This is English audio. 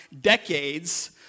decades